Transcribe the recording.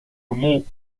mot